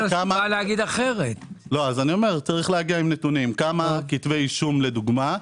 כמה כתבי אישום למשל,